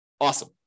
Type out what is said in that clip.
Awesome